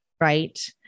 right